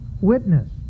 witness